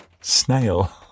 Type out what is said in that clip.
snail